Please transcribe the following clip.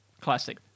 Classic